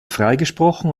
freigesprochen